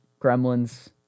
gremlins